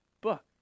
book